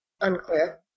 Unclear